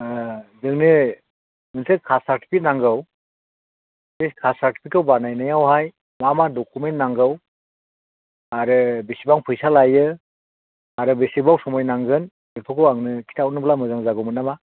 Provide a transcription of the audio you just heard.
ओ नोंनि मोनसे कास्ट सार्टिफिकेट नांगौ बे कास्ट सार्टिफिकेडखौ बानायनायावहाय मा मा डकुमेन्ट नांगौ आरो बिसिबां फैसा लायो आरो बेसेबां समय नांगोन बेखौबो आंनो खिथाहरोब्ला मोजां जागौमोन नामा